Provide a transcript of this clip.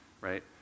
right